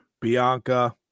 Bianca